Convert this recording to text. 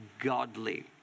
godly